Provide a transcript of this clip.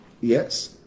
Yes